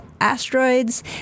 asteroids